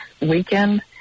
weekend